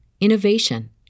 innovation